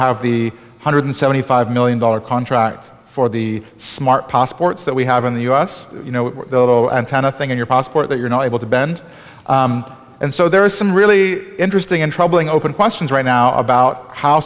have the hundred seventy five million dollar contracts for the smart pos bortz that we have in the u s you know though antenna thing in your passport that you're not able to bend and so there are some really interesting and troubling open questions right now about how